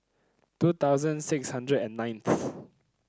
two thousand six hundred and ninth